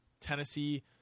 Tennessee